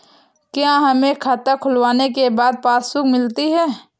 क्या हमें खाता खुलवाने के बाद पासबुक मिलती है?